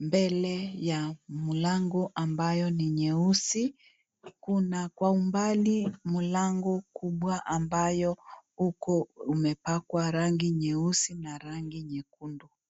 mbele ya mlango ambayo ni nyeusi, kuna kwa umbali mlango kubwa ambayo huko umepakwa rangi nyeusi na rangi nyekundu.